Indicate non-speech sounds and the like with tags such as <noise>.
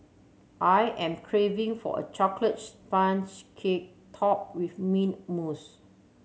I am craving for a <unintelligible> sponge cake topped with mint mousse